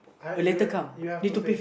a later come